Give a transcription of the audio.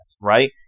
right